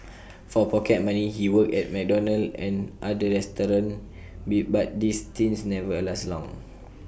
for pocket money he worked at McDonald's and other restaurants be but these stints never lasted long